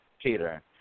Peter